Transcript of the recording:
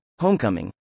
Homecoming